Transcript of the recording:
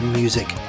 music